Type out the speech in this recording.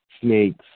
snakes